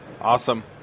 Awesome